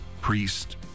priest